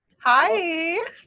Hi